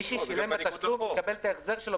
מי ששילם בתשלום יקבל את ההחזר שלו